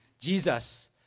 Jesus